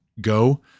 go